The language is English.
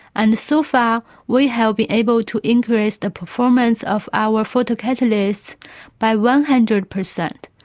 and so far we have been able to increase the performance of our photocatalysts by one hundred percent.